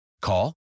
Call